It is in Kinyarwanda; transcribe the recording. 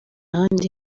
ahandi